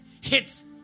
hits